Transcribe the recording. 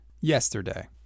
yesterday